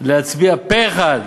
להצביע פה אחד